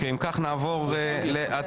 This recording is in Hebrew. אם כך, נעבור להצבעה.